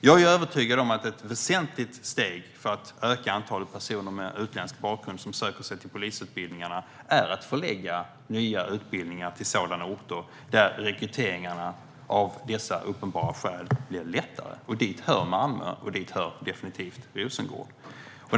Jag är övertygad om att ett väsentligt steg för att öka antalet personer med utländsk bakgrund som söker sig till polisutbildningarna är att förlägga nya utbildningar till sådana orter där rekryteringarna av dessa av uppenbara skäl blir lättare. Dit hör Malmö och dit hör definitivt Rosengård.